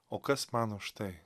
o kas man už tai